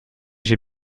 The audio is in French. j’ai